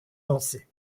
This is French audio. lancé